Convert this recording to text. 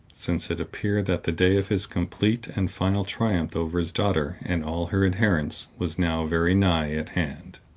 since it appeared that the day of his complete and final triumph over his daughter and all her adherents was now very nigh at hand.